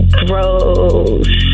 gross